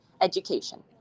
education